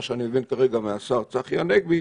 מה שאני מבין כרגע מהשר צחי הנגבי,